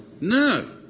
No